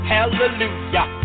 Hallelujah